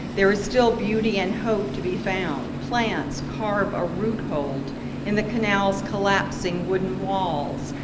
there is still beauty and hope to be found. plants carve a roothold in the canal's collapsing wooden walls,